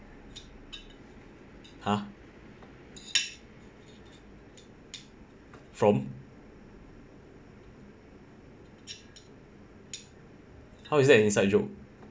!huh! from how is that an inside joke